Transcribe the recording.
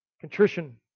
Contrition